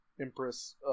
Empress